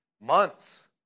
months